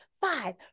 five